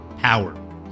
power